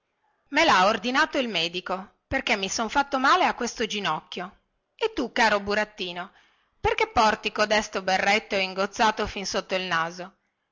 me lha ordinato il medico perché mi sono fatto male a questo ginocchio e tu caro burattino perché porti codesto berretto di cotone ingozzato fin sotto il naso